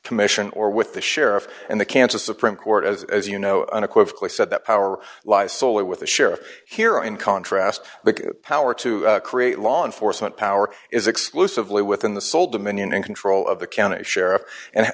commission or with the sheriff and the kansas supreme court as you know unequivocally said that power lies solely with the sheriff here in contrast the power to create law enforcement power is exclusively within the sole dominion and control of the county sheriff and